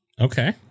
Okay